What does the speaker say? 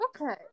Okay